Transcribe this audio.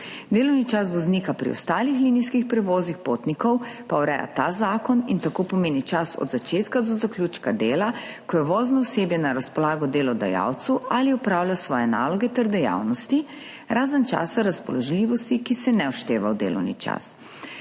Delovni čas voznika pri ostalih linijskih prevozih potnikov pa ureja ta zakon in tako pomeni čas od začetka do zaključka dela, ko je vozno osebje na razpolago delodajalcu ali opravlja svoje naloge ter dejavnosti, razen časa razpoložljivosti, ki se ne upošteva v delovni čas.